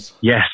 Yes